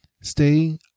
stay